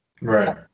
Right